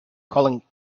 calling